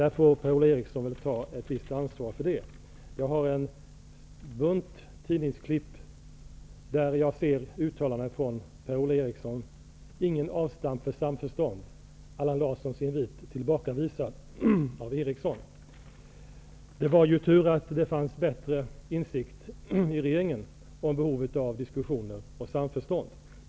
Det yttersta ansvaret får här Per-Ola Jag har en bunt tidningsklipp med uttalanden av Per-Ola Eriksson. Ett par rubriker är: ''Ingen avstamp för samförstånd'' och ''Allan Larssons inviter tillbakavisas av Per-Ola Eriksson''. Det är tur att det fanns bättre insikt i regeringen om behovet av diskussioner och samförstånd.